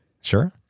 Sure